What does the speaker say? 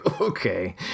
Okay